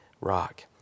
rock